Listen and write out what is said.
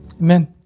Amen